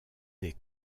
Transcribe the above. des